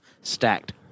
stacked